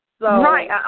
Right